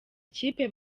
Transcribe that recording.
ikipe